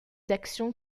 d’action